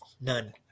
None